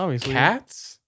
cats